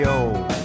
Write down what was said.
old